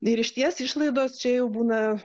ir išties išlaidos čia jau būna